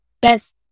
best